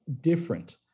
different